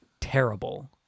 terrible